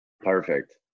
Perfect